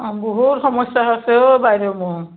অঁ বহুত সমস্যা আছে অ' বাইদেউ মোৰ